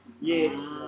Yes